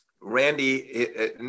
Randy